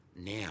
Now